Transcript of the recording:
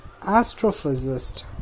astrophysicist